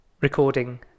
recording